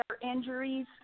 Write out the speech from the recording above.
injuries